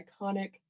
iconic